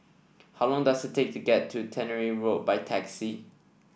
how long does it take to get to Tannery Road by taxi